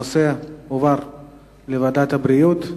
הנושא יובא לוועדת הבריאות.